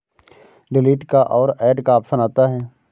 delete का और add का ऑप्शन आता है